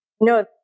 No